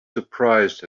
surprised